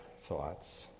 thoughts